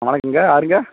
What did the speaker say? நல்லாயிருக்கேங்க யாருங்க